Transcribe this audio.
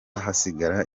hasigara